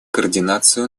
координацию